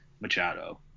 Machado